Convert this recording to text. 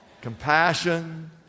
compassion